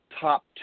top